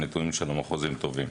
הנתונים של המחוז הם טובים.